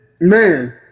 man